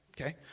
okay